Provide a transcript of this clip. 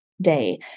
day